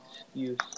excuse